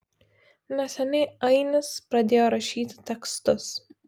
neseniai ainis pradėjo rašyti tekstus